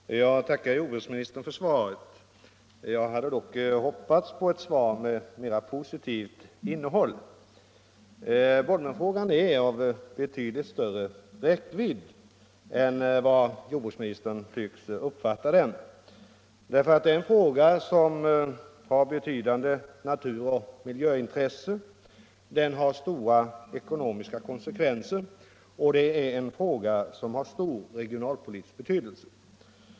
Herr talman! Jag tackar jordbruksministern för svaret, även om jag hade hoppats på ett svar med mera positivt innehåll. Bolmenfrågan är av betydligt större räckvidd än vad jordbruksministern tycks uppfatta den. Det är en fråga som har betydande naturoch miljöintresse, stora ekonomiska konsekvenser och stor regionalpolitisk betydelse.